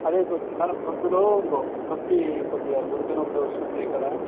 అదే కొద్దిగా గొంతులో నొప్పి కొద్దిగా గొంతు నొప్పి వస్తుంది ఇక్కడ